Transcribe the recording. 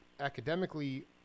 academically